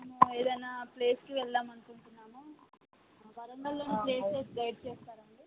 మేము ఏదైనా ప్లేస్కి వెళ్దాము అనుకుంటున్నాము వరంగల్లో ప్లేసెస్ గైడ్ చేస్తారా అండి